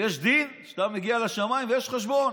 יש דין כשאתה מגיע לשמיים ויש חשבון.